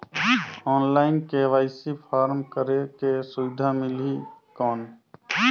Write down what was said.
Online KYC form करेके सुविधा मिली कौन?